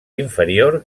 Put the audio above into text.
inferior